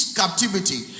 captivity